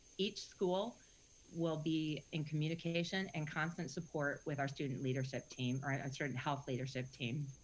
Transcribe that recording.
each school will be in communication and constant support with our student leadership team, or a certain health leadership team.